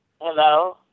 Hello